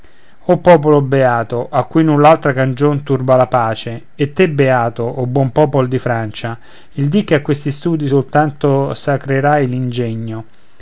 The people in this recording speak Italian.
o popolo beato a cui null'altra cagion turba la pace e te beato o buon popol di francia il dì che a questi studi soltanto sacrerai